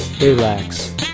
relax